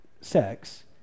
sex